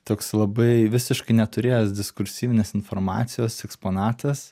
toks labai visiškai neturėjęs diskursyvinės informacijos eksponatas